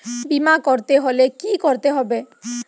বিমা করতে হলে কি করতে হবে?